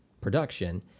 production